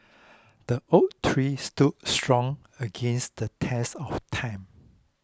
the oak tree stood strong against the test of time